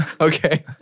Okay